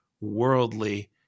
worldly